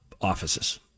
offices